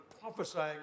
prophesying